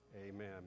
amen